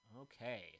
Okay